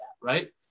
right